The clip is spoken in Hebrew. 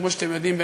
כמו שאתם יודעים,